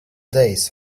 days